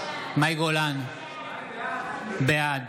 בעד